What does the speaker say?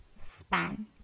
span